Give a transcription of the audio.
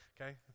okay